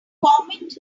comet